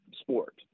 sport